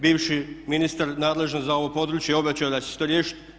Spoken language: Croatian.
Bivši ministar nadležan za ovo područje obećao je da će se to riješiti.